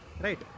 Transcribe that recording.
Right